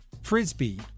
Frisbee